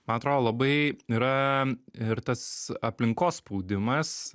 man atrodo labai yra ir tas aplinkos spaudimas